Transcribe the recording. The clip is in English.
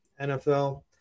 NFL